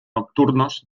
nocturnos